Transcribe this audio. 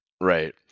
Right